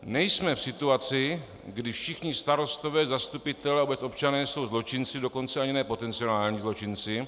Nejsme v situaci, kdy všichni starostové, zastupitelé a vůbec občané jsou zločinci, dokonce ani ne potenciální zločinci.